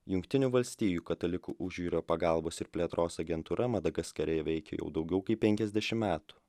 jungtinių valstijų katalikų užjūrio pagalbos ir plėtros agentūra madagaskare veikia jau daugiau kaip penkiasdešim metų